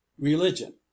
RELIGION